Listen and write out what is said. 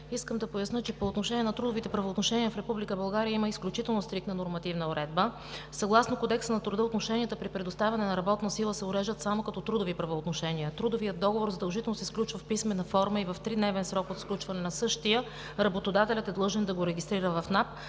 искам да поясня, че по отношение на трудовите правоотношения в Република България има изключително стриктна нормативна уредба. Съгласно Кодекса на труда, отношенията при предоставяне на работна сила се уреждат само като трудови правоотношения. Трудовият договор задължително се сключва в писмена форма и в тридневен срок от сключване на същия, работодателят е длъжен да го регистрира в НАП,